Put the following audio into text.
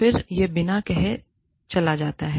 फिर यह बिना कहे चला जाता है